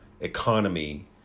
economy